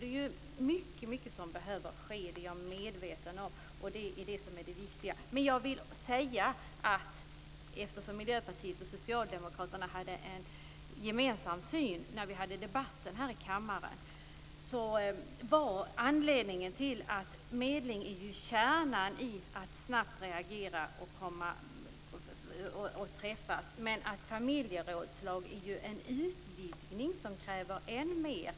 Det är mycket som behöver ske, det är jag medveten om. Miljöpartiet och Socialdemokraterna hade en gemensam syn i de här frågorna vid debatten här i kammaren. Medling är kärnan i att man reagerar snabbt och ser till att träffas. Familjerådslag är däremot en utvidgning, som kräver än mer.